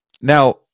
now